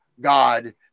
god